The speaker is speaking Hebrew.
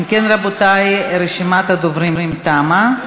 אם כן, רבותי, רשימת הדוברים תמה.